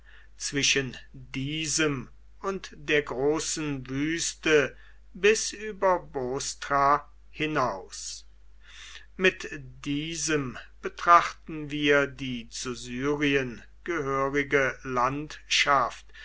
zwischen diesem und der großen wüste bis über bostra hinaus mit diesem betrachten wir die zu syrien gehörige landschaft